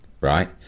right